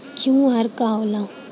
QR का होला?